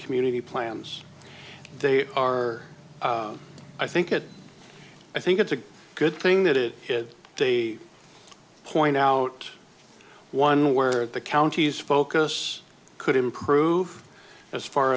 community plans they are i think it i think it's a good thing that it did they point out one where the county's focus could improve as far